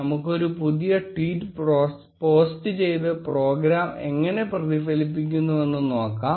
നമുക്ക് ഒരു പുതിയ ട്വീറ്റ് പോസ്റ്റ് ചെയ്ത് പ്രോഗ്രാം എങ്ങനെ പ്രതിഫലിപ്പിക്കുന്നുവെന്ന് നോക്കാം